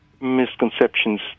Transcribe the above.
misconceptions